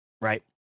right